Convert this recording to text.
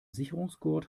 sicherungsgurt